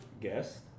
guest